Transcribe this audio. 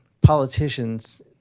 politicians